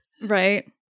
Right